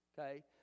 Okay